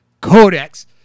codex